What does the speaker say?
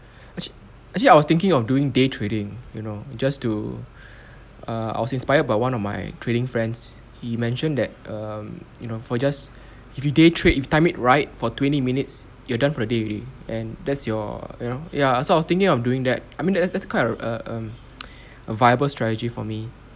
actually actually I was thinking of doing day trading you know just to err I was inspired by one of my trading friends he mentioned that um you know for just if you day trade you time it right for twenty minutes you're done for the day already and that's your you know ya so I was thinking of doing that I mean that that's quite of a a viable strategy for me